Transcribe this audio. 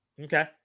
Okay